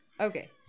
Okay